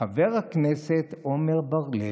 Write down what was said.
"חבר הכנסת עמר בר לב".